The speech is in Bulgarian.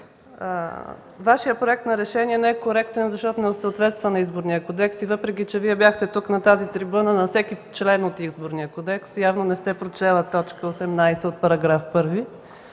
Вашият проект на решение не е коректен, защото не съответства на Изборния кодекс. Въпреки че Вие бяхте тук на тази трибуна на всеки член от Изборния кодекс, явно не сте прочели т. 18 от § 1.